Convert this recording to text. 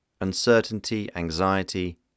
Uncertainty-anxiety